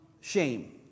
shame